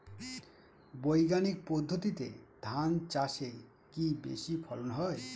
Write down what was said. বৈজ্ঞানিক পদ্ধতিতে ধান চাষে কি বেশী ফলন হয়?